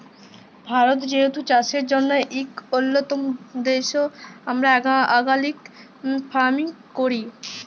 ভারত যেহেতু চাষের জ্যনহে ইক উল্যতম দ্যাশ, আমরা অর্গ্যালিক ফার্মিংও ক্যরি